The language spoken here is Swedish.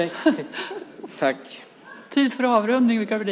Vi driver en politik som är förankrad i verkligheten.